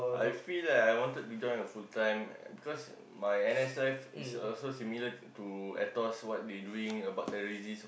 I feel that I wanted to join a full time because my N_S life is also similar to Aetos what they doing about terrorist